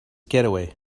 getaway